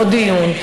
עוד דיון,